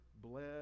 bled